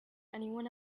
anyone